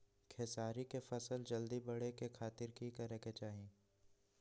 खेसारी के फसल जल्दी बड़े के खातिर की करे के चाही?